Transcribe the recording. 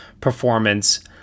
performance